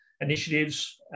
initiatives